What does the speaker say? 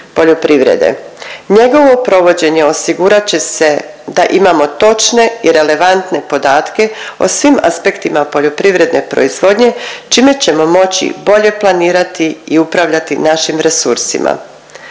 poljoprivrede. Njegovo provođenje osigurat će se da imamo točne i relevantne podatke o svim aspektima poljoprivredne proizvodnje čime ćemo moći bolje planirati i upravljati našim resursima.